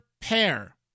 pair